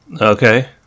Okay